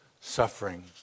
suffering